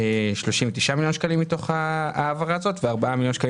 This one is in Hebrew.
אלה 39 מיליון שקלים מתוך ההעברה הזאת ו-4 מיליון שקלים